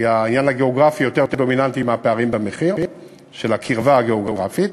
כי העניין הגיאוגרפי, של הקרבה הגיאוגרפית,